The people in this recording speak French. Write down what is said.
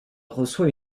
reçoit